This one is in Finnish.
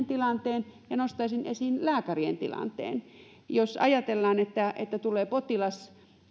tilanteen ja nostaisin esiin lääkärien tilanteen jos ajatellaan että että tulee potilas